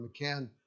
McCann